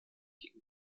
gegen